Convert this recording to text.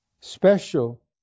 special